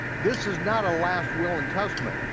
this is not a last will and testament.